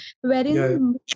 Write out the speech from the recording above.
wherein